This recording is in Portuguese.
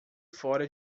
fora